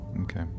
okay